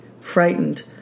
frightened